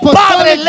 padre